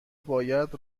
باید